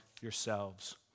yourselves